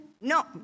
No